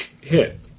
hit